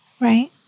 right